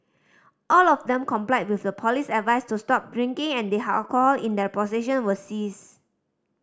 all of them complied with the police advice to stop drinking and the alcohol in their possession was seized